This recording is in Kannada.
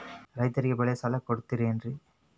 ರೈತರಿಗೆ ಬೆಳೆ ಸಾಲ ಕೊಡ್ತಿರೇನ್ರಿ?